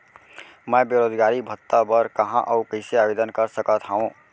मैं बेरोजगारी भत्ता बर कहाँ अऊ कइसे आवेदन कर सकत हओं?